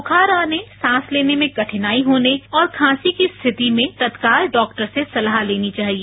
बुखार आने सांस लेने में कठिनाई होने और खांसी की स्थिति में तत्काल डॉक्टर से सलाह लेनी चाहिए